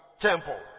temple